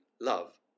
love